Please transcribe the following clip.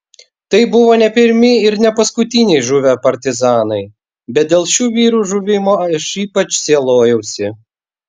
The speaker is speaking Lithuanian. tai buvo ne pirmi ir ne paskutiniai žuvę partizanai bet dėl šių vyrų žuvimo aš ypač sielojausi